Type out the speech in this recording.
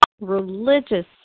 religious